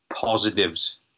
positives